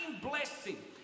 blessing